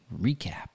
recap